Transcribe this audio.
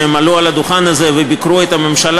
כשהם עלו על הדוכן הזה וביקרו את הממשלה,